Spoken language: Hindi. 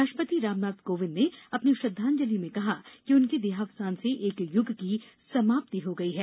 राष्ट्रपति रामनाथ कोविंद ने अपनी श्रद्धांजलि में कहा कि उनके देहावसान से एक युग की समाप्ति हो गई है